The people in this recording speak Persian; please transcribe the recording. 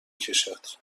کشد